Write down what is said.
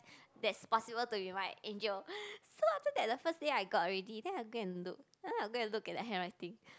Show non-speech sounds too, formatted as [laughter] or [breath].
that's possible to be my angel [breath] so after that the first day I got already then I go and look and I'll go and look at the handwriting